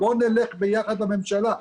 בוא נלך ביחד לממשלה.